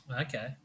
Okay